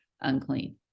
unclean